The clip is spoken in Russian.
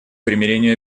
примирению